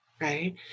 Right